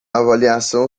avaliação